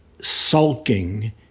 sulking